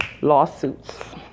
lawsuits